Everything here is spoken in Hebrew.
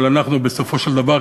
אבל אנחנו בסופו של דבר,